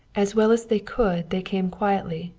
as well as they could they came quietly.